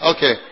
Okay